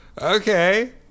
okay